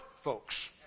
folks